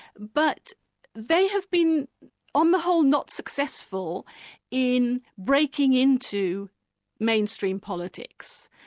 but they have been on the whole not successful in breaking in to mainstream politics,